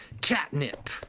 catnip